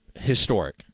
historic